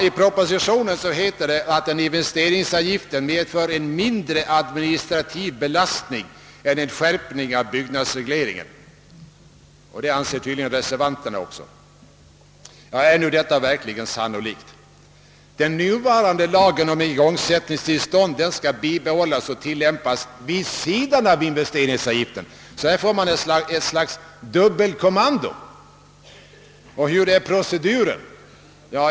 I propositionen heter det att en investeringsavgift medför mindre administrativ belastning än en skärpning av byggnadsregleringen. Det anser tydligen också reservanterna. Är nu detta verkligen sannolikt? Den nuvarande lagen om igångsättningstillstånd skall bibehållas och tillämpas vid sidan av investeringsavgiften. Vi får alltså här ett slags dubbelkommando. Hur är proceduren?